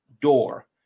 door